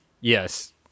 Yes